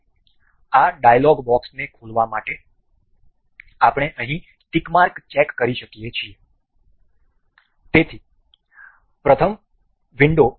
તો પછી આ ડાયલોગ બોક્સને ખોલવા માટે આપણે અહીં ટિક માર્ક ચેક કરી શકીએ છીએ